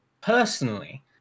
personally